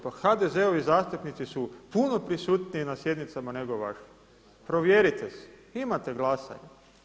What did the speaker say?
Pa HDZ-ovi zastupnici su puno prisutniji na sjednicama nego vaši, provjerite si, imate glasanje.